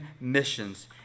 missions